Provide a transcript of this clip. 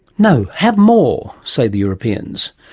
no, have more say the europeans.